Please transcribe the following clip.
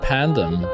Pandem